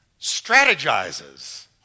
strategizes